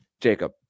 Jacob